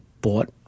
bought